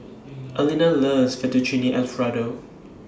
Alene loves Fettuccine Alfredo